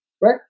right